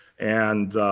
and